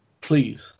Please